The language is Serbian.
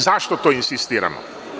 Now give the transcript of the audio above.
Zašto to insistiramo?